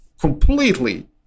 completely